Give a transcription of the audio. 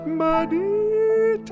muddy